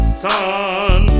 sun